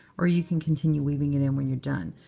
or you can continue weaving it in when you're done.